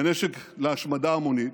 בנשק להשמדה המונית,